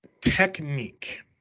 technique